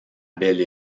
belle